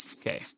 Okay